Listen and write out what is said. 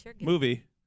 Movie